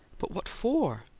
but what for?